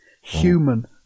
human